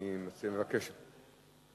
אני מבקש,